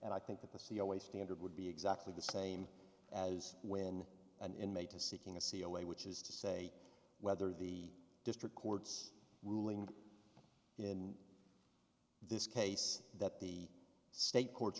and i think that the c o a standard would be exactly the same as when an inmate to seeking a c e o way which is to say whether the district court's ruling in this case that the state court